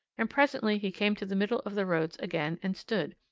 and presently he came to the middle of the roads again and stood,